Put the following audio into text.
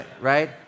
Right